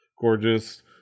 gorgeous